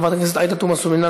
חבר הכנסת אוסאמה סעדי,